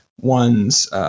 one's